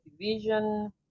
division